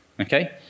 okay